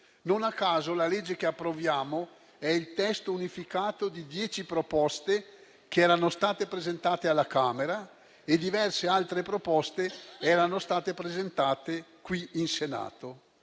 Non a caso, la legge che ci apprestiamo ad approvare è il testo unificato di dieci proposte che erano state presentate alla Camera e di diverse altre proposte che erano state presentate qui in Senato,